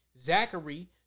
Zachary